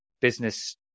business